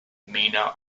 mena